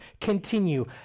continue